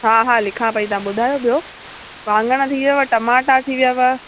हा हा लिखा पई तव्हां ॿियो ॿुधायो ॿियो वाङण थी वियुव टमाटा थी वियुव